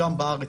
גם בארץ,